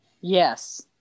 Yes